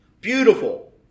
Beautiful